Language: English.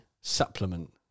supplement